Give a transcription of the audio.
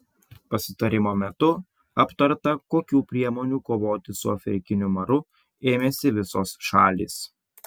pasitarimo metu aptarta kokių priemonių kovoti su afrikiniu maru ėmėsi visos šalys